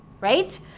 Right